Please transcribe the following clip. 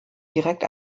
direkt